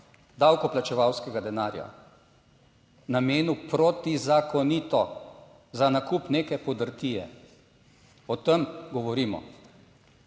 davkoplačevalskega denarja namenil protizakonito za nakup neke podrtije. O tem govorimo,